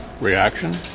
reaction